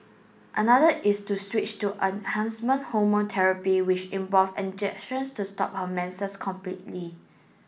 another is to switch to enhancement hormone therapy which involved injections to stop her menses completely